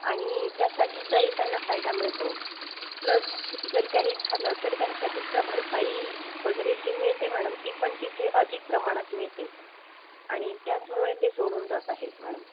आणि त्यासाठीचा ही त्यांना फायदा मिळतो प्लस जर काही झालं तर त्यासाठीचं भरपाई वगैरे जी मिळते मॅडम ती पण तिथे अधिक प्रमाणात मिळते आणि त्याचमुळे ते सोडून जात आहेत मॅडम